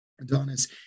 Adonis